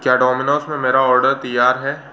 क्या डोमीनोस में मेरा ऑर्डर तैयार है